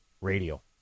radio